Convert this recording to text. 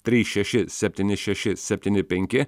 trys šeši septyni šeši septyni penki